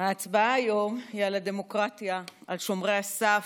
ההצבעה היום היא על הדמוקרטיה, על שומרי הסף,